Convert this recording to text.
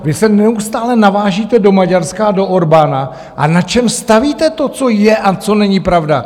Vy se neustále navážíte do Maďarska a do Orbána a na čem stavíte to, co je a co není pravda?